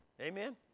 Amen